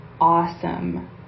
awesome